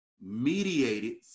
mediated